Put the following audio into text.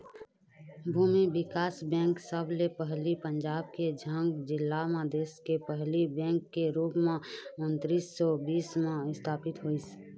भूमि बिकास बेंक सबले पहिली पंजाब के झंग जिला म देस के पहिली बेंक के रुप म उन्नीस सौ बीस म इस्थापित होइस